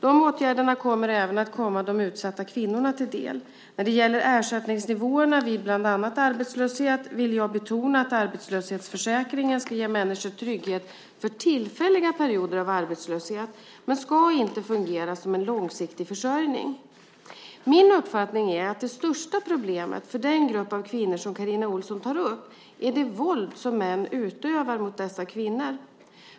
Dessa åtgärder kommer även att komma de utsatta kvinnorna till del. När det gäller ersättningsnivåerna vid bland annat arbetslöshet vill jag betona att arbetslöshetsförsäkringen ska ge människor trygghet vid tillfälliga perioder av arbetslöshet men inte fungera som en långsiktig försörjning. Min uppfattning är att det största problemet för den grupp av kvinnor som Carina Ohlsson tar upp är det våld som män utövar mot dessa kvinnor.